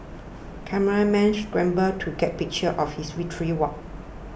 cameramen scramble to get pictures of his victory walk